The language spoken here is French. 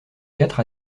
quatre